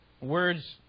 words